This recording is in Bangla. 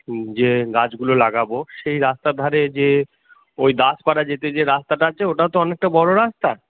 যে গাছগুলো লাগাব সেই রাস্তার ধারে যে ওই দাস পাড়া যেতে যে রাস্তাটা আছে ওটাও তো অনেকটা বড় রাস্তা